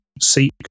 seek